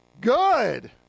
good